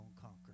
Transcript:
conquer